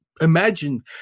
Imagine